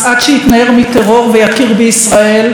עד שיתנער מטרור ויכיר בישראל.